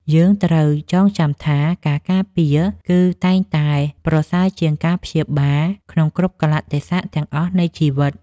យើងត្រូវចងចាំថាការការពារ គឺតែងតែប្រសើរជាងការព្យាបាលក្នុងគ្រប់កាលៈទេសៈទាំងអស់នៃជីវិត។